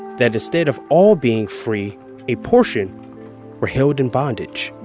that instead of all being free a portion were held in bondage,